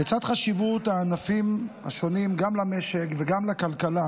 לצד חשיבות הענפים השונים גם למשק וגם לכלכלה,